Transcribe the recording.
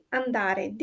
andare